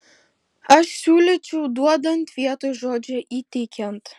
aš siūlyčiau duodant vietoj žodžio įteikiant